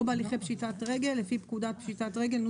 או בהליכי פשיטת רגל לפי פקודת פשיטת הרגל ,